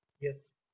Yes